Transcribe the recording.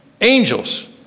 angels